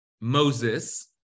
Moses